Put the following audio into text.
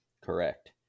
Correct